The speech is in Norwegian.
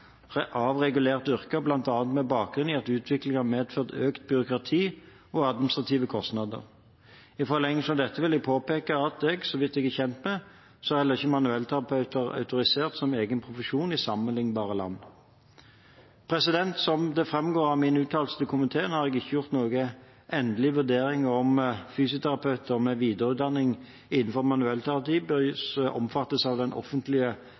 gjennomgang av regulerte yrker, bl.a. med bakgrunn i at utviklingen har medført økt byråkrati og administrative kostnader. I forlengelsen av dette vil jeg påpeke at etter det jeg er kjent med, er heller ikke manuellterapeuter autorisert som egen profesjon i sammenliknbare land. Som det framgår av min uttalelse til komiteen, har jeg ikke gjort noen endelig vurdering av om fysioterapeuter med videreutdanning innenfor manuellterapi bør omfattes av den offentlige